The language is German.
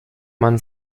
man